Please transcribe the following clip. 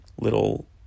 little